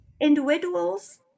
Individuals